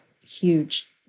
huge